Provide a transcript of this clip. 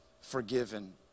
forgiven